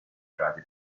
frati